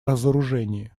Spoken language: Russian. разоружении